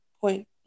Point